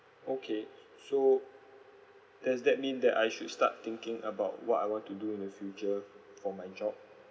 okay so does that mean that I should start thinking about what I want to do in the future for my job